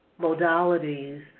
modalities